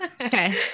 okay